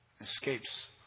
escapes